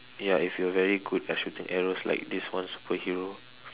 ya if you are very good at shooting arrows like this one superhero